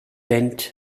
bunt